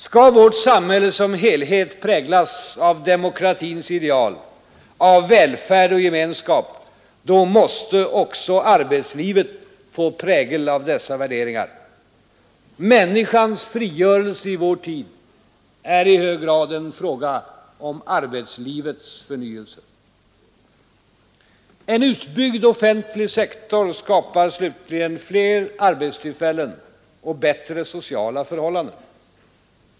Skall vårt samhälle som helhet präglas av demokratins ideal, av välfärd och gemenskap, då måste också arbetslivet få prägel av dessa värderingar. Människans frigörelse i vår tid är i hög grad en fråga om arbetslivets förnyelse. En utbyggd offentlig sektor skapar slutligen fler arbetstillfällen och bättre socaiala förhållanden.